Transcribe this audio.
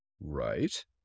Right